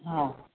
हा